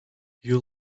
you